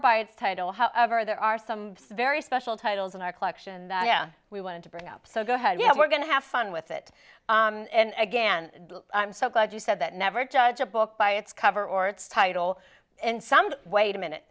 by its title however there are some very special titles in our collection that yeah we wanted to bring up so go ahead yeah we're going to have fun with it and again i'm so glad you said that never judge a book by its cover or its title and some wait a minute